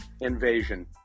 invasion